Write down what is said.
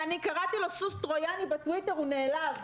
כשקראתי לו "סוס טרויאני" בטוויטר הוא נעלב.